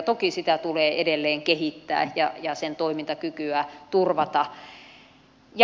toki sitä tulee edelleen kehittää ja sen toimintakykyä turvata